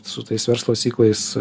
su tais verslo ciklais